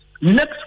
Next